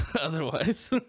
otherwise